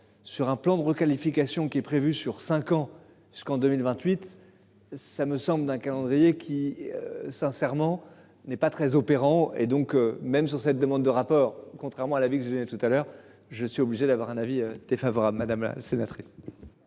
sur un plan de requalification qui est prévu sur 5 ans ce qu'en 2028. Ça me semble un calendrier qui. Sincèrement, n'est pas très opérants et donc même sur cette demande de rapport contrairement à la vie que j'ai tout à l'heure je suis obligé d'avoir un avis défavorable, madame la sénatrice.